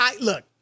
look